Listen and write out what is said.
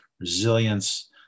resilience